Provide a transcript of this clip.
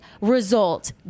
result